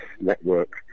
network